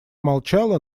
молчала